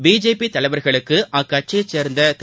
BJP தலைவா்களுக்கு அக்கட்சியைச் சேர்ந்த திரு